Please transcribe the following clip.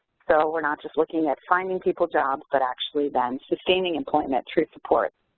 so we're not just looking at finding people jobs but actually then sustaining employment through support.